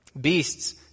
Beasts